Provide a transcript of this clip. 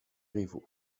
rivaux